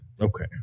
okay